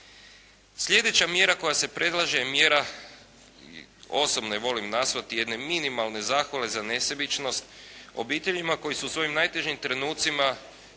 Slijedeća mjera koja se predlaže je mjera osobno je volim nazvati jedne minimalne zahvale za nesebičnost obiteljima koji su u svojim najtežim trenucima